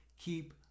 keep